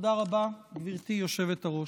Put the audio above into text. תודה רבה, גברתי היושבת-ראש.